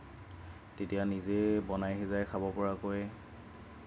তেতিয়া নিজে বনাই সিজাই খাব পৰাকৈ